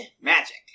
magic